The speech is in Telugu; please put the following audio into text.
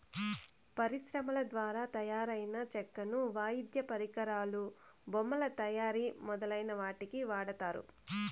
పరిశ్రమల ద్వారా తయారైన చెక్కను వాయిద్య పరికరాలు, బొమ్మల తయారీ మొదలైన వాటికి వాడతారు